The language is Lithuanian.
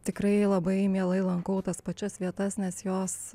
tikrai labai mielai lankau tas pačias vietas nes jos